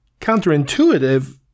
counterintuitive